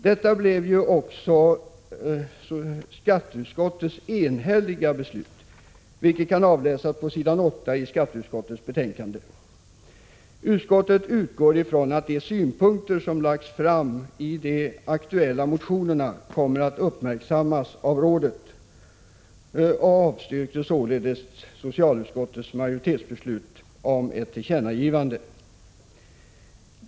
Detta blev också skatteutskottets enhälliga beslut, vilket kan avläsas på s. 8i dess betänkande. Utskottet utgår ifrån att de synpunkter som har lagts fram i de aktuella motionerna kommer att uppmärksammas av rådet och avstyrker således socialutskottets majoritetsbeslut om ett tillkännagivande.